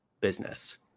business